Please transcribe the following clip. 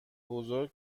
بزرگ